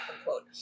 unquote